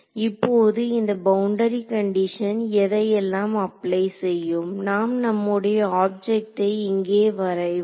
இப்போது இந்த boundary condition எதையெல்லாம் அப்ளை செய்யும் நாம் நம்முடைய ஆப்ஜெக்ட்டை இங்கே வரைவோம்